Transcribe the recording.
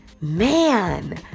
man